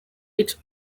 its